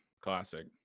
Classic